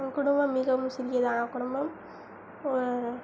என் குடும்பம் மிகவும் சிறியதான குடும்பம்